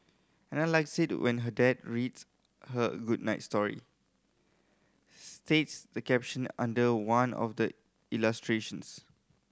Ana likes it when her dad reads her a good night story states the caption under one of the illustrations